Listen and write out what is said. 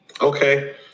Okay